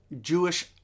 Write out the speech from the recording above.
Jewish